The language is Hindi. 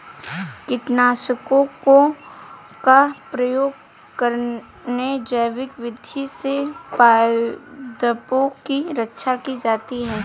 कीटनाशकों का प्रयोग करके जैविक विधि से पादपों की रक्षा की जाती है